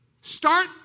Start